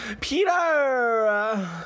Peter